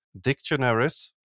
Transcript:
dictionaries